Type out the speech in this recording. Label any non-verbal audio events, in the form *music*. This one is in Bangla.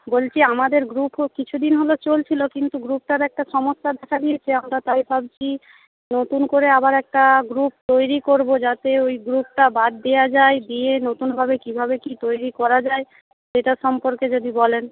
বলছি আমাদের গ্রুপ *unintelligible* কিছুদিন হল চলছিলো কিন্তু গ্রুপটার একটা সমস্যা দেখা দিয়েছে আমরা তাই ভাবছি নতুন করে আবার একটা গ্রুপ তৈরি করবো যাতে ওই গ্রুপটা বাদ দেওয়া যায় দিয়ে নতুনভাবে কীভাবে কী তৈরি করা যায় সেটার সম্পর্কে যদি বলেন